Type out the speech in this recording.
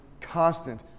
constant